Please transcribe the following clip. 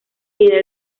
tiene